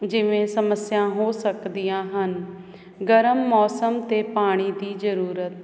ਜਿਵੇਂ ਸਮੱਸਿਆ ਹੋ ਸਕਦੀਆਂ ਹਨ ਗਰਮ ਮੌਸਮ ਤੇ ਪਾਣੀ ਦੀ ਜਰੂਰਤ ਜਿਵੇਂ ਕਿ ਗਰਮੀਆਂ ਵਿੱਚ ਤਾਪਮਾਨ ਵਧ ਜਾਂਦਾ